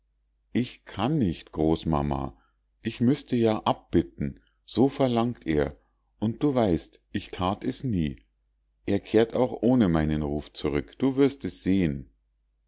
ich kann nicht großmama ich müßte ja abbitten so verlangt er und du weißt ich that es nie er kehrt auch ohne meinen ruf zurück du wirst es sehen